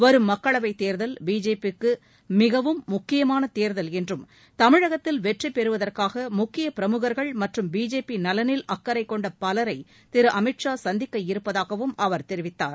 வரும் மக்களவைத் தேர்தல் பிஜேபிக்கு மிகவும் முக்கியமான தேர்தல் என்றும் தமிழகத்தில் வெற்றி பெறுவதற்காக முக்கியப் பிரமுகர்கள் மற்றும் பிஜேபி நலனில் அக்கறைக் கொண்ட பலரை திரு அமித்ஷா சந்திக்க இருப்பதாகவும் அவர் தெரிவித்தார்